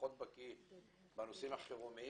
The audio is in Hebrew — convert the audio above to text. אני פחות בקיא בנושאים החירומיים.